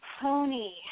pony